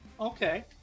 okay